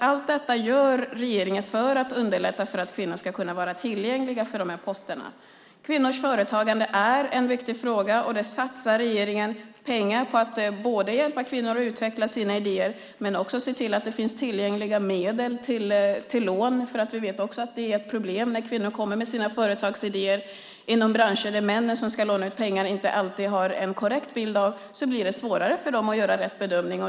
Allt detta gör regeringen för att underlätta för kvinnor att vara tillgängliga för de här posterna. Kvinnors företagande är en viktig fråga. Där satsar regeringen pengar på att hjälpa kvinnor att utveckla sina idéer. Men det handlar också om att se till att det finns tillgängliga medel till lån. Vi vet nämligen att det är ett problem när kvinnor kommer med företagsidéer inom branscher som männen som ska låna ut pengar inte alltid har en korrekt bild av. Då blir det svårare för dem att göra rätt bedömning.